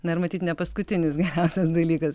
na ir matyt ne paskutinis geriausias dalykas